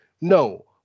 No